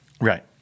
Right